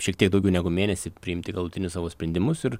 šiek tiek daugiau negu mėnesį priimti galutinius savo sprendimus ir